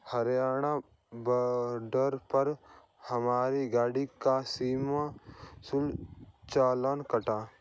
Haryana border पर हमारी गाड़ी का सीमा शुल्क चालान कटा